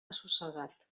assossegat